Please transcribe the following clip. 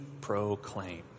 proclaim